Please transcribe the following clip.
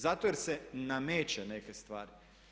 Zato jer se nameće neke stvari.